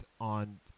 on